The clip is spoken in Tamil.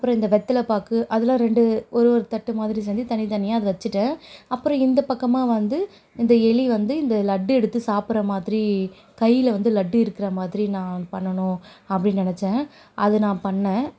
அப்புறம் இந்த வெத்தலைப்பாக்கு அதெல்லாம் ரெண்டு ஒரு ஒரு தட்டுமாதிரி செஞ்சு தனித்தனியாக அது வச்சிட்டேன் அப்புறம் இந்த பக்கமாக வந்து இந்த எலி வந்து இந்த லட்டு எடுத்து சாப்பிடுற மாதிரி கையில் வந்து லட்டு இருக்கிற மாதிரி நான் பண்ணனும் அப்படின்னு நினச்சேன் அது நான் பண்ணினேன்